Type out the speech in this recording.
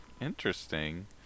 Interesting